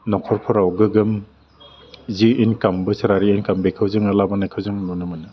नखरफोराव गोग्गोम जि इनकाम बोसोरारि इनकाम बेखौ जोङो लाबोनायखौ जोङो नुनो मोनो